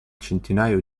centinaio